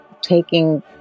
taking